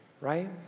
right